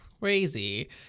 crazy